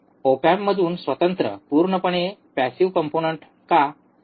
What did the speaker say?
op एम्पपासून स्वतंत्र पूर्णपणे पॅसिव्ह कंपोनंन्ट का